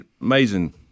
amazing